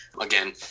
again